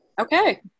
Okay